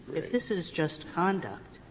if this is just conduct,